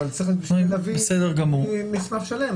אבל צריך להביא מסמך שלם,